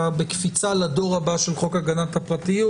בקפיצה לדור הבא של חוק הגנת הפרטיות,